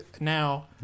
now